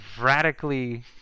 radically